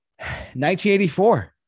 1984